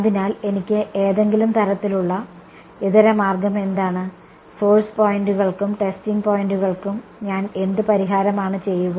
അതിനാൽ എനിക്ക് ഏതെങ്കിലും തരത്തിലുള്ള ഇതരമാർഗ്ഗം എന്താണ് സോഴ്സ് പോയിന്റുകൾക്കും ടെസ്റ്റിംഗ് പോയിന്റുകൾക്കും ഞാൻ എന്ത് പരിഹാരമാണ് ചെയ്യുക